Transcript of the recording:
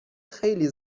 خیلی